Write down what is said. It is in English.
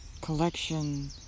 collection